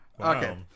Okay